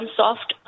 soft